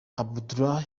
abdullah